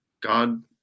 God